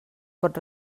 pot